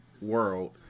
world